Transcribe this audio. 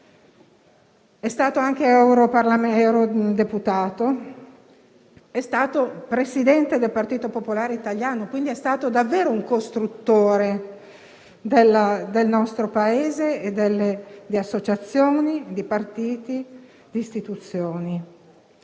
È stato anche eurodeputato ed è stato presidente del Partito popolare italiano, quindi davvero un costruttore del nostro Paese, un costruttore di associazioni, di partiti, di istituzioni.